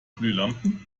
glühlampen